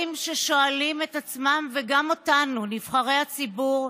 ששואלים את עצמם וגם אותנו, נבחרי הציבור,